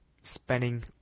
spending